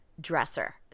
dresser